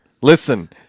Listen